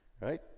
right